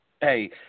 hey